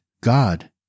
God